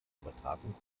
übertragung